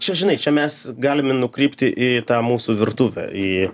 čia žinai čia mes galime nukrypti į tą mūsų virtuvę į